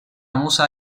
musa